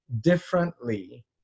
differently